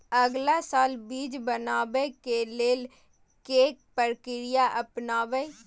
अगला साल बीज बनाबै के लेल के प्रक्रिया अपनाबय?